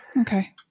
Okay